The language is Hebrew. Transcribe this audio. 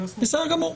בסדר גמור.